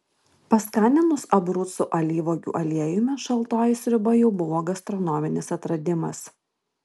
paskaninus abrucų alyvuogių aliejumi šaltoji sriuba jau buvo gastronominis atradimas